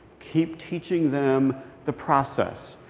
keep teaching them the process.